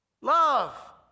love